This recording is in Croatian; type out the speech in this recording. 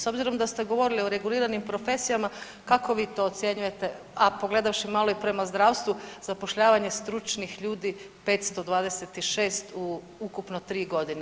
S obzirom da ste govorili o reguliranim profesijama kako vi to ocjenjujete, a pogledavši malo i prema zdravstvu zapošljavanje stručnih ljudi 526 u ukupno tri godine?